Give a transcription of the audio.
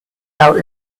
out